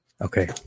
Okay